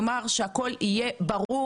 כלומר שהכול יהיה ברור.